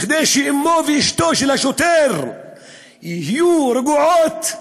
כדי שאמו ואשתו של השוטר יהיו רגועות.